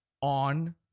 on